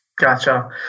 Gotcha